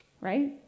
right